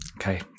okay